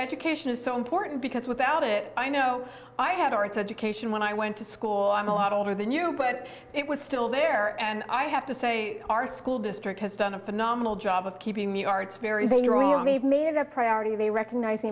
education is so important because without it i know i had arts education when i went to school i'm a lot older than you but it was still there and i have to say our school district has done a phenomenal job of keeping the arts fair is a new rule may have made it a priority they recognize the